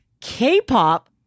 K-pop